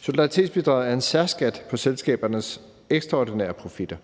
Solidaritetsbidraget er en særskat på selskabernes ekstraordinære profitter.